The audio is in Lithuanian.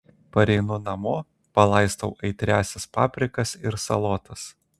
pareinu namo palaistau aitriąsias paprikas ir salotas